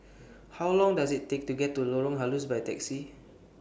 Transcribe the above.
How Long Does IT Take to get to Lorong Halus By Taxi